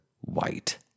White